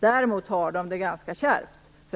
Däremot har de det ganska kärvt.